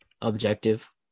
objective